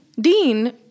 dean